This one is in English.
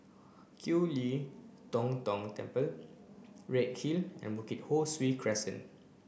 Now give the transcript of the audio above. Kiew Lee Tong Tong Temple Redhill and Bukit Ho Swee Crescent